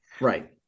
Right